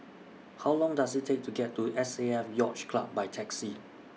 How Long Does IT Take to get to S A F Yacht Club By Taxi